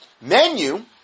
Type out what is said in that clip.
menu